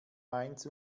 mainz